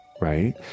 right